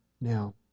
now